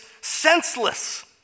senseless